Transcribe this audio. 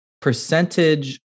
percentage